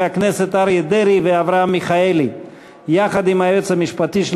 הכנסת אריה דרעי ואברהם מיכאלי יחד עם היועץ המשפטי של